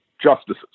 justices